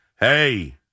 Hey